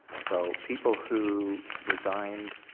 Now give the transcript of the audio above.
so people who resigned